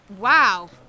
Wow